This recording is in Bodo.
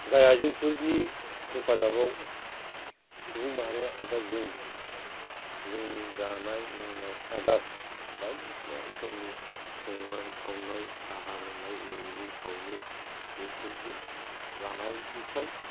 जाय आइजेंफोरनि हेफाजाबाव सुबुं माहारिया एबा जों जोंनि जानाय लोंनाय आदार बायदिसिनाफोरनि संनाय खावनाय साहा लोंनाय एवलु सावलु बेफोरजों जानायनिफ्राय